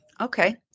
okay